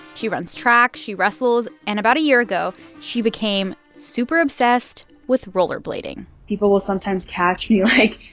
she runs track. she wrestles. and about a year ago, she became super obsessed with rollerblading people will sometimes catch me, like,